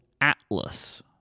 Atlas